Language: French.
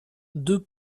deux